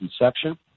inception